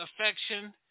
affection